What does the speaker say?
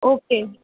okay